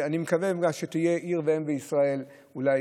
ואני מקווה שתהיה עיר ואם בישראל, אולי